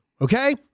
okay